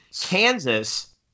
Kansas